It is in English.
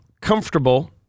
comfortable